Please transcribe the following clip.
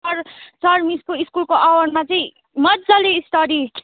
sir sir मिसको स्कुलको आवरमा चाहिँ मजाले स्टडी